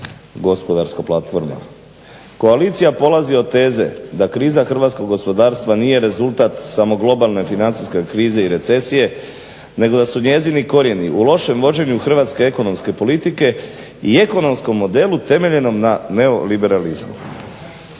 gospodarska platforma. Koalicija polazi od teze da kriza hrvatskog gospodarstva nije rezultat samo globalne financijske krize i recesije, nego da su njezini korijeni u lošem vođenju hrvatske ekonomske politike i ekonomskom modelu temeljenom na neoliberalizmu.